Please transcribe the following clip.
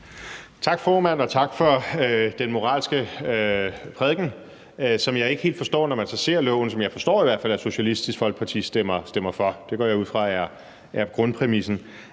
Tak, formand. Og tak for den moralske prædiken, som jeg ikke helt forstår, når man så ser lovforslaget, som jeg forstår at Socialistisk Folkeparti stemmer for – det går jeg ud fra er grundpræmissen.